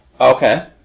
Okay